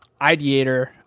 ideator